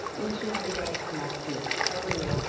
each and every day of next week over to you.